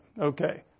Okay